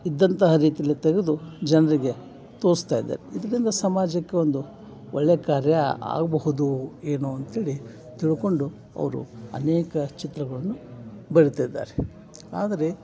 ಇದ್ದಂತಹ ರೀತಿಯಲ್ಲಿ ತೆಗೆದು ಜನರಿಗೆ ತೋರ್ಸ್ತಾಯಿದ್ದಾರೆ ಇದರಿಂದ ಸಮಾಜಕ್ಕೆ ಒಂದು ಒಳ್ಳೆಯ ಕಾರ್ಯ ಆಗಬಹುದು ಏನೋ ಅಂತ ಹೇಳಿ ತಿಳ್ಕೊಂಡು ಅವರು ಅನೇಕ ಚಿತ್ರಗಳನ್ನು ಬರಿತಾಯಿದ್ದಾರೆ ಆದರೆ